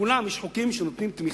בכולן יש חוקים שנותנים תמיכה.